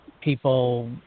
people